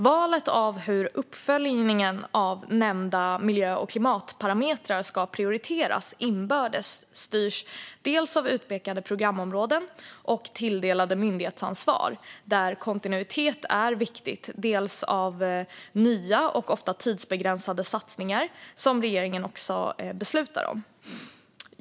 Valet av hur uppföljningen av nämnda miljö och klimatparametrar ska prioriteras inbördes styrs dels av utpekade programområden och tilldelade myndighetsansvar där kontinuitet är viktigt, dels av nya och ofta tidsbegränsade satsningar som regeringen också beslutar om.